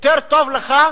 יותר טוב לך